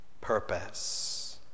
purpose